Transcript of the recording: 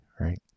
right